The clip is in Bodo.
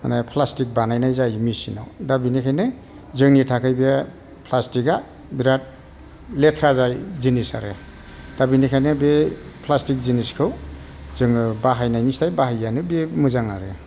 माने प्लास्टिक बानायनाय जायो मेसिनाव दा बेनिखायनो जोंनि थाखाय बे प्लास्टिकआ बिराद लेथ्रा जिनिस आरो दा बेनिखायनो बे प्लास्टिक जिनिसखौ जोङो बाहायनायनिख्रुय बाहायिआनो बे मोजां आरो